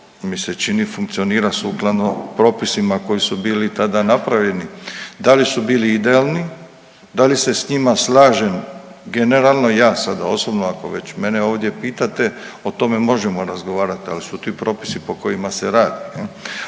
mi se čini funkcionira sukladno propisima koji su bili tada napravljeni, da li su bili idealni, da li se s njima slažem generalno ja sada osobno ako već mene ovdje pitate o tome možemo razgovarat, ali su ti propisi po kojima se radi